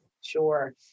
Sure